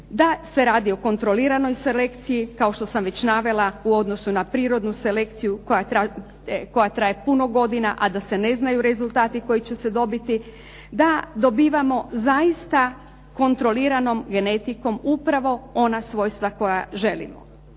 da se radi o kontroliranoj selekciji kao što sam već navela u odnosu na prirodnu selekciju koja traje puno godina a da se ne znaju rezultati koji će se dobiti, da dobivamo zaista kontroliranom genetikom upravo ona svojstva koja želimo.